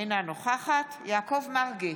אינה נוכחת יעקב מרגי,